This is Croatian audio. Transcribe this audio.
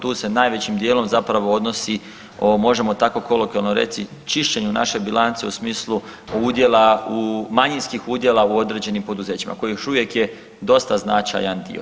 Tu se najvećim dijelom zapravo odnosi, možemo tako kolokvijalno reći, čišćenju naše bilance, u smislu udjela u, manjinskih udjela u određenim poduzećima, koji još uvijek je dosta značajan dio.